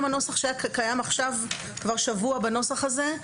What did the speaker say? גם הנוסח שקיים עכשיו כבר שבוע בנוסח הזה,